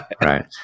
Right